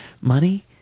money